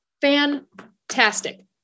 Fantastic